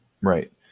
right